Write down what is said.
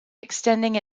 extending